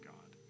God